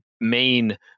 main